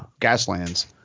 Gaslands